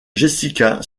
jessica